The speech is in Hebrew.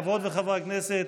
חברות וחברי הכנסת,